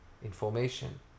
Information